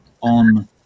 on